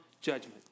judgment